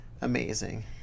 amazing